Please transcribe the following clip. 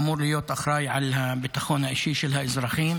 אמור להיות אחראי לביטחון האישי של האזרחים,